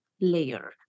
layer